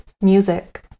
Music